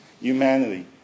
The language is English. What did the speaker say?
humanity